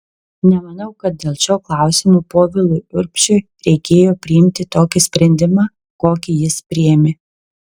nemanau kad dėl šio klausimo povilui urbšiui reikėjo priimti tokį sprendimą kokį jis priėmė